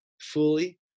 fully